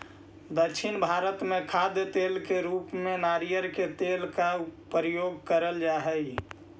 दक्षिण भारत में खाद्य तेल के रूप में नारियल के तेल का प्रयोग करल जा हई